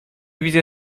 wizje